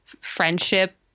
friendship